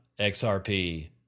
XRP